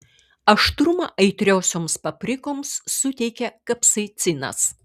aštrumą aitriosioms paprikoms suteikia kapsaicinas